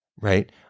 Right